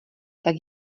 tak